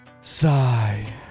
Sigh